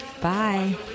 Bye